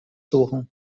suchen